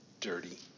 dirty